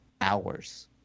hours